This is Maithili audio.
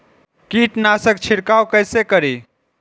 कीट नाशक छीरकाउ केसे करी?